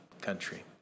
country